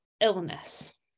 illness